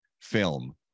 film